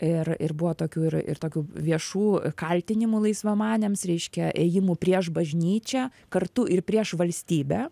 ir ir buvo tokių ir ir tokių viešų kaltinimų laisvamaniams reiškia ėjimu prieš bažnyčią kartu ir prieš valstybę